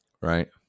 right